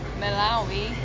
Malawi